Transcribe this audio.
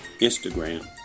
Instagram